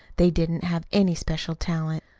they didn't have any especial talent.